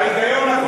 ההיגיון הקודם,